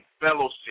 fellowship